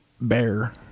bear